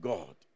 God